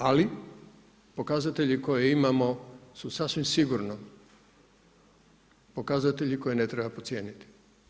Ali, pokazatelji koje imamo su sasvim sigurno pokazatelji koje ne treba podcijeniti.